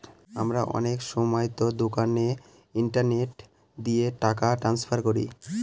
আমরা অনেক সময়তো দোকানে ইন্টারনেট দিয়ে টাকা ট্রান্সফার করি